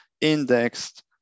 indexed